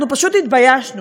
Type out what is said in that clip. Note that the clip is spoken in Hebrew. אנחנו פשוט התביישנו.